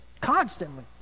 constantly